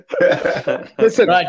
listen